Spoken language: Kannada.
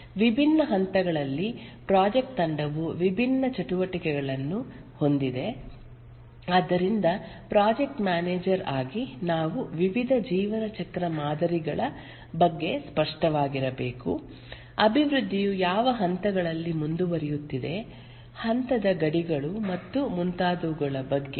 ವಿಭಿನ್ನ ಹಂತಗಳಲ್ಲಿ ಪ್ರಾಜೆಕ್ಟ್ ತಂಡವು ವಿಭಿನ್ನ ಚಟುವಟಿಕೆಗಳನ್ನು ಹೊಂದಿದೆ ಆದ್ದರಿಂದ ಪ್ರಾಜೆಕ್ಟ್ ಮ್ಯಾನೇಜರ್ ಆಗಿ ನಾವು ವಿವಿಧ ಜೀವನ ಚಕ್ರ ಮಾದರಿಗಳ ಬಗ್ಗೆ ಸ್ಪಷ್ಟವಾಗಿರಬೇಕು ಅಭಿವೃದ್ಧಿಯು ಯಾವ ಹಂತಗಳಲ್ಲಿ ಮುಂದುವರಿಯುತ್ತದೆ ಹಂತದ ಗಡಿಗಳು ಮತ್ತು ಮುಂತಾದವುಗಳ ಬಗ್ಗೆ